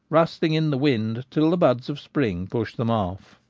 rustling in the wind, till the buds of spring push them off.